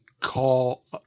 call